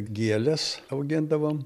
gėles augindavom